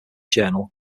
journal